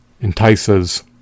entices